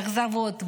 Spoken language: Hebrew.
אכזבות,